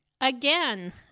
Again